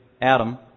Adam